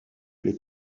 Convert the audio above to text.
les